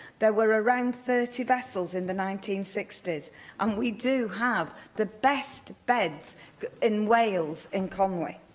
there were around thirty vessels in the nineteen sixty s and we do have the best beds in wales in conwy.